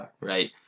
Right